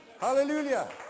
Hallelujah